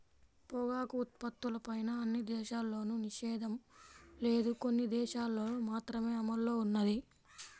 పొగాకు ఉత్పత్తులపైన అన్ని దేశాల్లోనూ నిషేధం లేదు, కొన్ని దేశాలల్లో మాత్రమే అమల్లో ఉన్నది